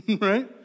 right